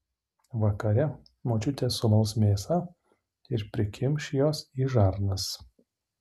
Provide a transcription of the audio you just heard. vakare močiutė sumals mėsą ir prikimš jos į žarnas